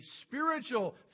spiritual